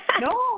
No